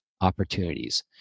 opportunities